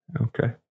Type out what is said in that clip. Okay